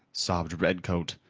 sobbed redcoat.